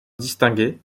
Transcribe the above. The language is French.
distingué